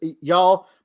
Y'all